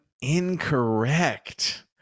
Incorrect